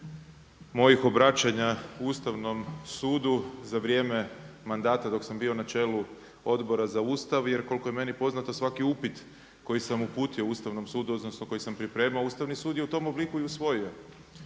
mojih obraćanja Ustavnom sudu za vrijeme mandata dok sam bio na čelu Odbora za Ustav, jer koliko je meni poznato svaki upit koji sam uputio Ustavnom sudu, odnosno koji sam pripremao Ustavni sud je u tom obliku i usvojio